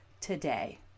today